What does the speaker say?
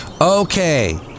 Okay